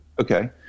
Okay